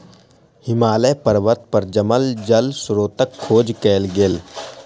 हिमालय पर्वत पर जमल जल स्त्रोतक खोज कयल गेल